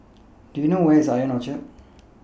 Do YOU know Where IS I O N Orchard